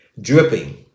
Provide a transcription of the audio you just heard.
dripping